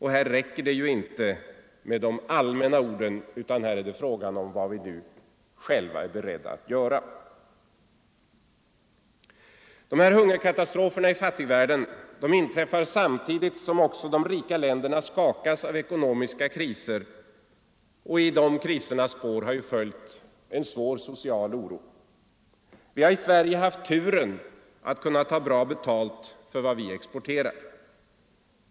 Här räcker det ju inte med de allmänna orden, utan här är det fråga om vad vi själva är beredda att göra. Hungerkatastroferna i fattigvärlden inträffar samtidigt som också de rika länderna skakas av ekonomiska kriser och i deras spår en svår social oro. Vi har i Sverige haft turen att kunna ta bra betalt för vad vi exporterar.